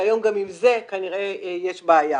שהיום גם עם זה כנראה יש בעיה.